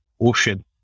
ocean